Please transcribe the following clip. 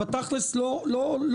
הלכה למעשה לא עובדים,